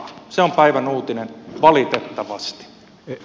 se on päivän uutinen valitettavasti